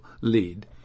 lead